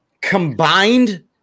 Combined